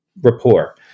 rapport